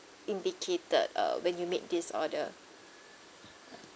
indicated uh when you make this order